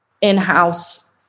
in-house